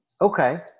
Okay